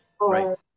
Right